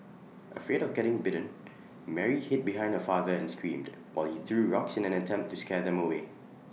afraid of getting bitten Mary hid behind her father and screamed while he threw rocks in an attempt to scare them away